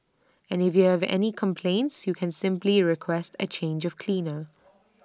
and if you have any complaints you can simply request A change of cleaner